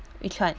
which one